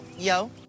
Yo